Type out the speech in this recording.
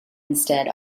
instead